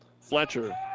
Fletcher